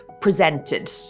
presented